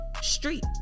street